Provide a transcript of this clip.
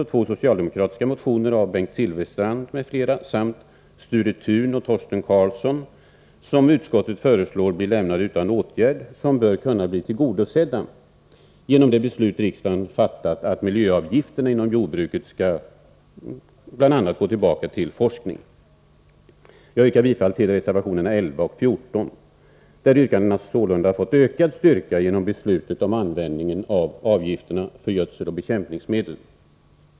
Två socialdemokratiska motioner av Bengt Silfverstrand m.fl. resp. Sture Thun och Torsten Karlsson, som utskottet föreslår skall lämnas utan åtgärd, bör kunna bli tillgodosedda genom det beslut som riksdagen fattat om att miljöavgifterna inom jordbruket bl.a. skall gå tillbaka till forskningen. Jag yrkar bifall till reservationerna 11 och 14, där yrkandena sålunda fått ökad styrka genom beslutet om användningen av avgifterna på handelsgödsel och bekämpningsmedel.